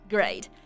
Great